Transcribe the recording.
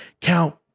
count